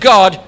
God